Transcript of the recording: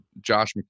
Josh